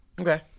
Okay